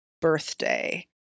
birthday